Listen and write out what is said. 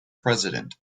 president